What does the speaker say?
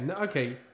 okay